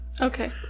Okay